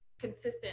consistent